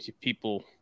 people